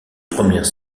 premières